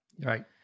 Right